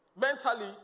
mentally